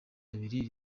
abiri